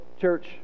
church